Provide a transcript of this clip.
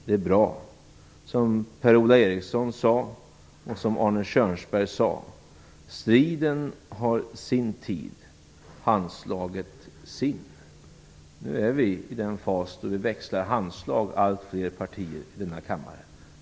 Det är bra. Som Per-Ola Ericsson och Arne Kjörnsberg sade: Striden har sin tid, handslaget sin. Nu är vi i den fas då allt fler partier i denna kammare växlar handslag.